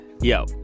yo